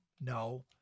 No